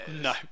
no